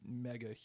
mega